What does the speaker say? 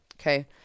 Okay